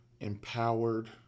empowered